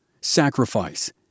sacrifice